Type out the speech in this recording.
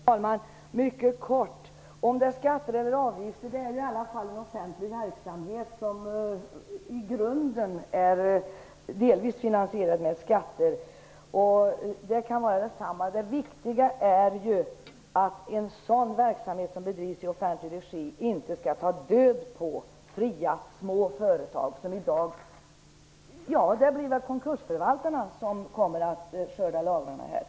Herr talman! Oavsett om det är skatter eller avgifter än det ändå fråga om en offentlig verksamhet som i grunden är delvis finansierad med skatter. Det kan göra detsamma. Det viktiga är att en verksamhet som bedrivs i offentlig regi inte skall ta död på fria små företag. Här blir det väl konkursförvaltarna som får skörda lagrarna.